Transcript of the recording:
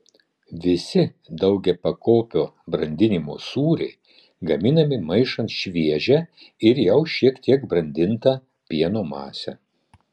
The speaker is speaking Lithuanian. visi daugiapakopio brandinimo sūriai gaminami maišant šviežią ir jau šiek tiek brandintą pieno masę